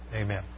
Amen